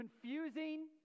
confusing